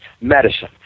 medicine